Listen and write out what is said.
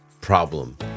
problem